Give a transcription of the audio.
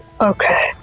okay